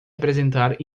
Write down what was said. apresentar